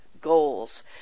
goals